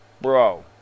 Bro